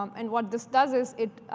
um and what this does is it